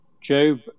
Job